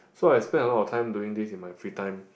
so I spend a lot of time doing this in my free time